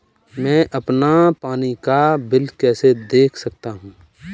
मैं अपना पानी का बिल कैसे देख सकता हूँ?